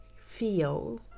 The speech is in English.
feel